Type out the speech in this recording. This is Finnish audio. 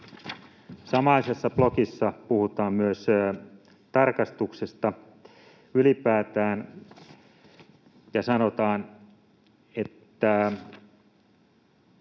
Samaisessa blogissa puhutaan myös tarkastuksesta ylipäätään ja sanotaan: ”Ne